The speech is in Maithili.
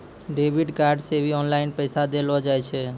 डेबिट कार्ड से भी ऑनलाइन पैसा देलो जाय छै